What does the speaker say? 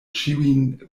ĉiujn